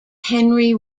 henry